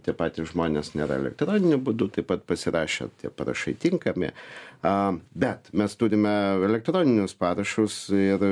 tie patys žmonės nėra elektroniniu būdu taip pat pasirašę tie parašai tinkami a bet mes turime elektroninius parašus ir